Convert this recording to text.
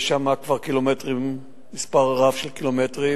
יש שם כבר מספר רב של קילומטרים.